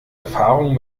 erfahrung